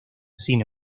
sin